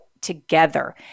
together